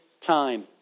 time